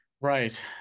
Right